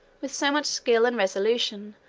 with so much skill and resolution,